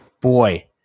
boy